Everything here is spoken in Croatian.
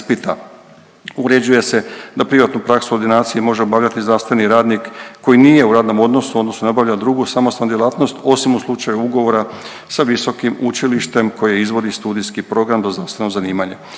Određuje se da privatnu praksu ordinacije može obavljati zdravstveni radnik koji nije u radnom odnosu, odnosno ne obavlja drugu samostalnu djelatnost osim u slučaju ugovora sa visokim učilištem koje izvodi studijski program, odnosno zanimanje.